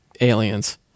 aliens